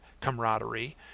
camaraderie